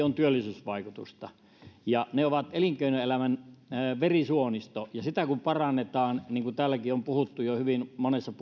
on työllisyysvaikutusta väylät ovat elinkeinoelämän verisuonisto ja niitä kun parannetaan niin kuin täälläkin on puhuttu jo hyvin monessa